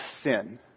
sin